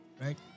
right